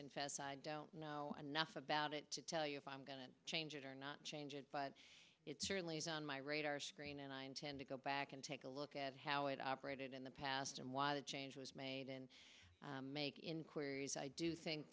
confess i don't know enough about it to tell you if i'm going to change it or not change it but it certainly is on my radar screen and i intend to go back and take a look at how it operated in the past and why the change was made and make inquiries i do think